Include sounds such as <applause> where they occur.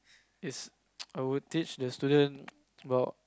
it's <noise> I would teach the student <noise> about